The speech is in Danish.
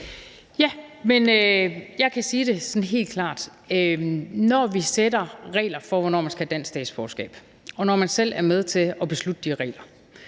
Jeg kan sige det sådan helt klart. Når man sætter regler for, hvornår folk skal have dansk statsborgerskab, og når man selv er med til at beslutte de regler,